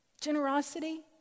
Generosity